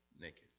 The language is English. naked